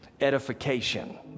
edification